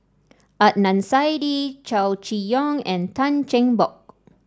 Adnan Saidi Chow Chee Yong and Tan Cheng Bock